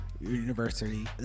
University